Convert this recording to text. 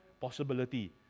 possibility